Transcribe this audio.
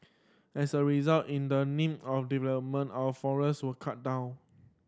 as a result in the name of development our forest were cut down